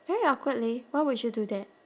very awkward leh why would she do that